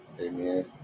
Amen